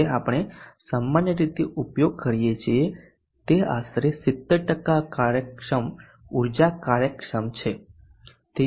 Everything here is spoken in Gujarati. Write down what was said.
જે આપણે સામાન્ય રીતે ઉપયોગ કરીએ છીએ તે આશરે 70 કાર્યક્ષમ ઉર્જા કાર્યક્ષમ છે